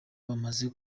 bamaze